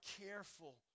careful